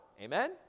Amen